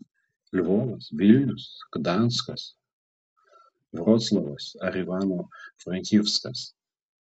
lvovas vilnius gdanskas vroclavas ar ivano frankivskas